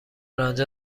انجا